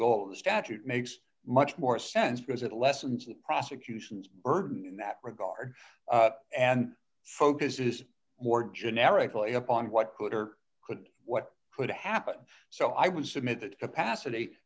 goal of the statute makes much more sense because it lessens the prosecution's burden in that regard and focuses more generically upon what could or could what could happen so i would submit that capacity